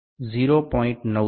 9 છે